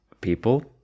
people